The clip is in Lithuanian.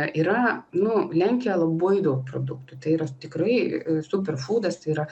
yra nu lenkia labai daug produktų tai yra tikrai super fūdas tai yra